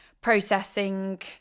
processing